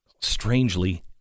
strangely